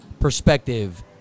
perspective